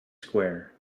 square